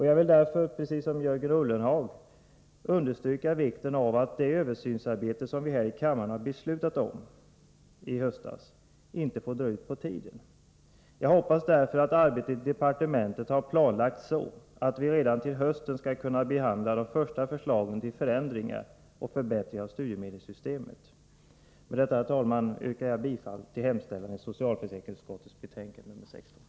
Jag vill därför — precis som Jörgen Ullenhag — understryka vikten av att det översynsarbete som vi häri kammaren beslutade om i höstas inte drar ut på tiden. Jag hoppas därför att arbetet i departementet har planlagts så att vi redan till hösten skall kunna behandla de första förslagen till förändringar och förbättringar av studiemedelssystemet. Med detta, herr talman, yrkar jag bifall till hemställan i socialförsäkringsutskottets betänkande nr 16.